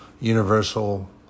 universal